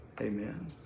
Amen